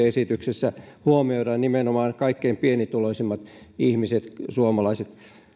esityksessä huomioidaan nimenomaan kaikkein pienituloisimmat ihmiset suomalaiset